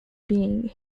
being